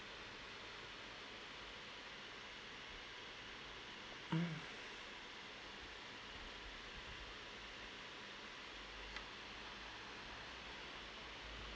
mm